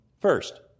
first